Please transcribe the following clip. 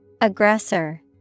Aggressor